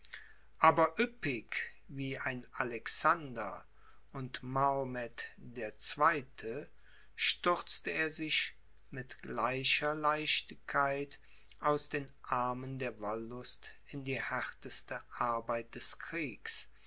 aber üppig wie ein alexander und mahomed der zweite stürzte er sich mit gleicher leichtigkeit aus den armen der wollust in die härteste arbeit des kriegs